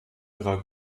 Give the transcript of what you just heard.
ihrer